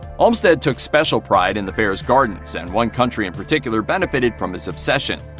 olmsted took special pride in the fair's gardens, and one country in particular benefited from his obsession.